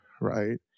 Right